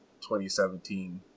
2017